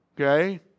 Okay